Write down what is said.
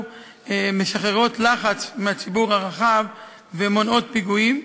משחררות לחץ בציבור הרחב ומונעות פיגועים.